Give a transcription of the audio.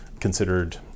considered